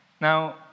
Now